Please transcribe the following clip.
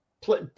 play